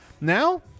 now